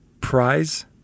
prize